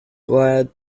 glad